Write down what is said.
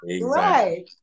Right